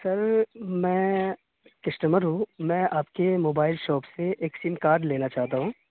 سر میں کسٹمر ہوں میں آپ کے موبائل شاپ سے ایک سیم کارڈ لینا چاہتا ہوں